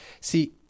See